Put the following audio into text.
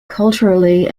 culturally